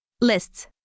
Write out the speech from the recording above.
Lists